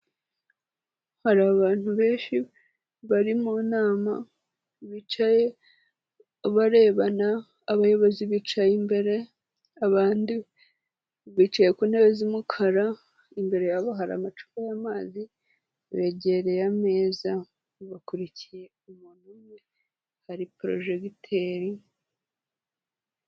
Hari abantu benshi bari mu nama bicaye barebana, abayobozi bicaye imbere abandi bicaye ku ntebe z'umukara, imbere hari amacupa y'amazi, begereye ameza bakurikiye umuntu umwe, hari porojegiteri.